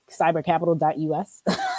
cybercapital.us